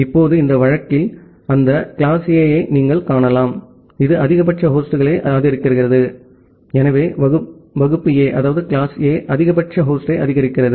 இப்போது இந்த வழக்கில் அந்த கிளாஸ் A ஐ நீங்கள் காணலாம் இது அதிகபட்ச ஹோஸ்ட்களை ஆதரிக்கிறது எனவே கிளாஸ் A அதிகபட்ச ஹோஸ்டை ஆதரிக்கிறது